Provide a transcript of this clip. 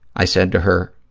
i said to her,